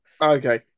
Okay